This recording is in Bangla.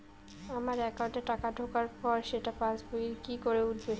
আমার একাউন্টে টাকা ঢোকার পর সেটা পাসবইয়ে কি করে উঠবে?